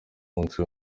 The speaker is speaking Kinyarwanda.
munsi